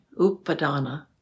upadana